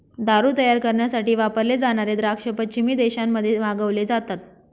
दारू तयार करण्यासाठी वापरले जाणारे द्राक्ष पश्चिमी देशांमध्ये मागवले जातात